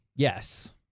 Yes